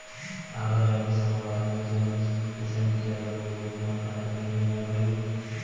आधा जामिस अउ आधा नइ जामिस अइसन बीजा ल बोए ले कोनो फायदा नइ हे न भईर